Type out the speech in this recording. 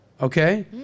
Okay